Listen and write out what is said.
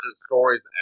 stories